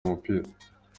umupira